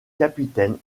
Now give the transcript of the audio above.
capitaine